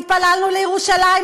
התפללנו לירושלים,